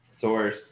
source